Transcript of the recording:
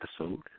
episode